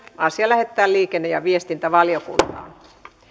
asia lähetetään liikenne ja viestintävaliokuntaan